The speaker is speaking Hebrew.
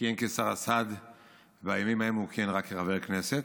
כיהן רק כחבר כנסת,